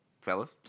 Fellas